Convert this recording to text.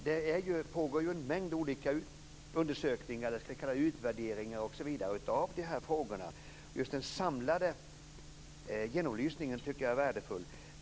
Fru talman! Det låter ju tröstefullt. Det pågår ju en mängd olika utvärderingar osv. av dessa frågor. Just en samlad genomlysning vore värdefull.